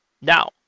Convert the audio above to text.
Now